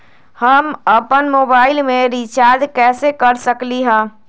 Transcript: हम अपन मोबाइल में रिचार्ज कैसे कर सकली ह?